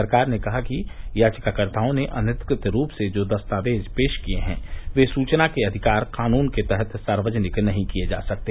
सरकार ने कहा कि याचिकाकर्ताओं ने अनधिकृत रूप से जो दस्तावेज पेश किए हैं वे सूचना के अधिकार कानून के तहत सार्वजनिक नहीं किये जा सकते